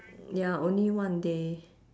ya only one day